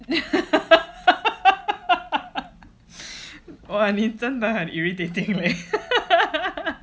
!wah! 你真的很 irritating leh